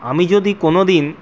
আমি যদি কোনোদিন